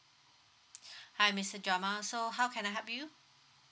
hi mister jamal so how can I help you